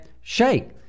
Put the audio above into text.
shake